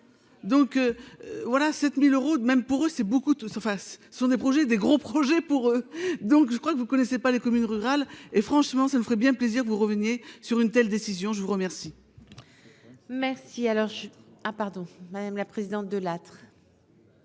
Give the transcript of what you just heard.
pour eux, c'est beaucoup de surface, ce sont des projets des gros projets pour eux donc je crois que vous connaissez pas les communes rurales et franchement, ça me ferait bien plaisir vous reveniez sur une telle décision, je vous remercie. Merci alors ah pardon, madame la présidente de. Juste